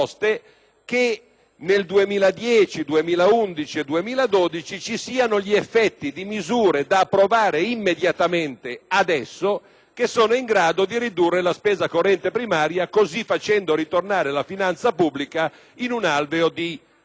nel 2010, 2011 e 2012 vi siano gli effetti di misure da approvare immediatamente, che siano in grado di ridurre la spesa corrente primaria, facendo così ritornare la finanza pubblica in un alveo di stabilità.